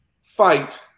fight